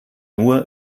nur